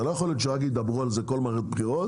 לא יכול להיות שרק ידברו על זה בכל מערכת בחירות,